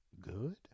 good